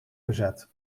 verzet